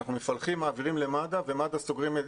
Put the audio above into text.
אנחנו מפלחים, מעבירים למד"א ומד"א סוגרים.